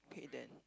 okay then